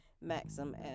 maxim